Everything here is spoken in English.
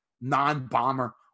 non-bomber